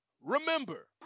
remember